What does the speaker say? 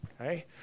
okay